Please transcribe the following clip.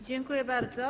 Dziękuję bardzo.